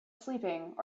sleeping